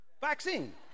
vaccine